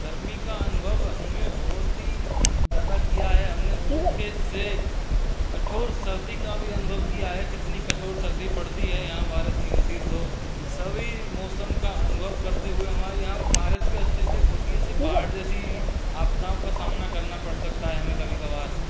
गर्मी का अनुभव हमें बहुत ही ज़्यादा किया है हमने सूखे से कठोर सर्दी का भी अनुभव किया है कितनी कठोर सर्दी पड़ती है यहाँ बारिश नहीं होती तो सभी मौसम का अनुभव करते हुए हमारे यहाँ बारिश भी अत्यधिक होती है सिर्फ़ बाढ़ जैसी आपदाओं का सामना करना पड़ सकता है हमें कभी कभार